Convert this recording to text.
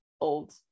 old